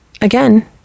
again